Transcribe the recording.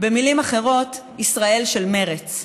ובמילים אחרות: ישראל של מרצ.